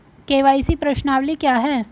KYC प्रश्नावली क्या है?